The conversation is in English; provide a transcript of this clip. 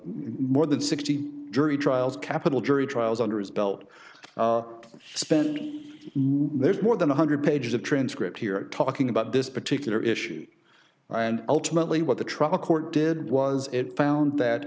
more than sixty jury trials capital jury trials under his belt spent there's more than one hundred pages of transcript here talking about this particular issue and ultimately what the tribal court did was it found that